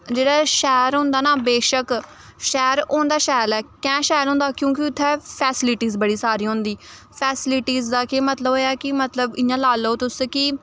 जेह्ड़ा शैह्र होंदा ना बेशक्क शैह्र होंदा शैल ऐ कैंह् शैल होंदा क्योंकि उत्थै फैसलीटीस बड़ी सारी होंदी फैसलीटीस दा केह् मतलब होएआ कि मतलब इ'यां लाई लैओ तुस कि